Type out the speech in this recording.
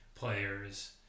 players